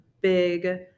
big